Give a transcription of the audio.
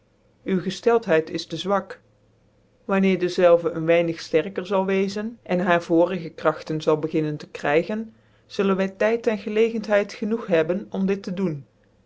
u gcftelthcid is tc zwak wanneer dezelve een weinig fterker zal weczen cn haaf voorigc kragtcn zal beginnen tc krygen zullen wy tyd cn gclcgcnthcid genoeg hebben om dit tc doen